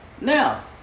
Now